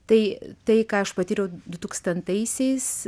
tai tai ką aš patyriau du tūkstantaisiais